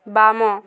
ବାମ